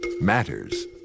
matters